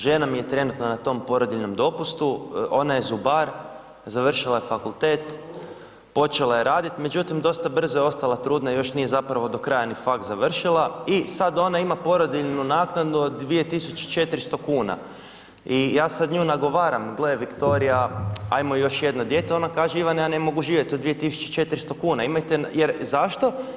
Žena mi je trenutno na tom porodiljnom dopustu, ona je zubar, završila je fakultet, počela je raditi međutim, dosta brzo je ostala trudna, još nije zapravo do kraja ni faks završila i sad ona ima porodiljnu naknadu od 2400 kn i ja sad nju nagovaram, gle, Viktorija, hajmo još jedno dijete, ona kaže Ivane, ja ne mogu živjeti od 2400 kn, imajte, jer zašto?